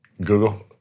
Google